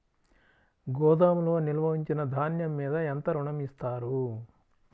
గోదాములో నిల్వ ఉంచిన ధాన్యము మీద ఎంత ఋణం ఇస్తారు?